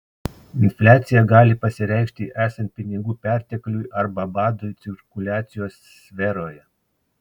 infliacija gali pasireikšti esant pinigų pertekliui arba badui cirkuliacijos sferoje